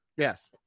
yes